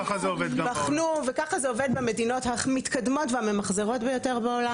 בחנו וככה זה עובד במדינות המתקדמות והממחזרות ביותר בעולם.